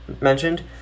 mentioned